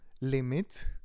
limit